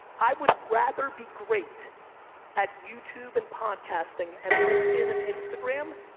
i would rather be great at youtube and podcasting and linkedin and instagram.